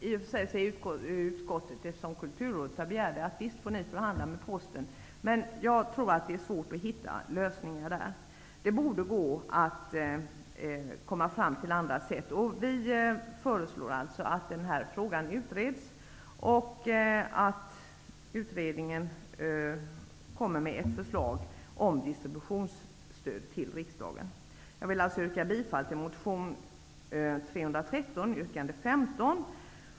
I och för sig säger utskottet samma sak som Kulturrådet begärt, nämligen: Visst är det tillåtet att förhandla med Posten. Jag tror dock att det är svårt att finna lösningar i det avseendet. Det borde vara möjligt att komma fram på annat sätt. Vi föreslår alltså att frågan utreds och att utredningen kommer med ett förslag till riksdagen om distributionsstödet. Jag yrkar alltså bifall till motion Kr313, yrkande 15.